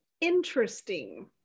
Interesting